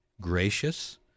gracious